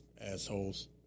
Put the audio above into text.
assholes